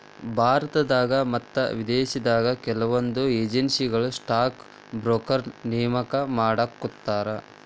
ಭಾರತದಾಗ ಮತ್ತ ವಿದೇಶದಾಗು ಕೆಲವೊಂದ್ ಏಜೆನ್ಸಿಗಳು ಸ್ಟಾಕ್ ಬ್ರೋಕರ್ನ ನೇಮಕಾ ಮಾಡ್ಕೋತಾರ